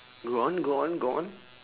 go on go on go on